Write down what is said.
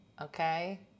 Okay